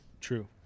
True